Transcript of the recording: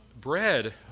bread